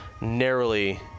narrowly